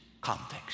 context